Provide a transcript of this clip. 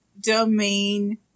domain